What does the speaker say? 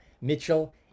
mitchell